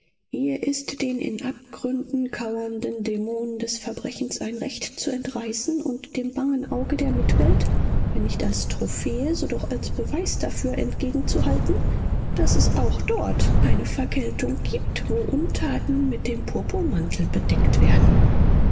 hier ist den in abgründen kauernden dämonen des verbrechens ein recht zu entreißen und dem bangen auge der mitwelt wenn nicht als trophäe so doch als beweis dafür entgegenzuhalten daß es auch dort eine vergeltung gibt wo untaten mit dem purpurmantel bedeckt werden